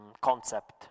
concept